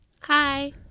hi